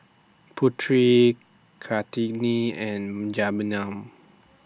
Putri Kartini and Jenab